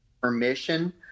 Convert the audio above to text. permission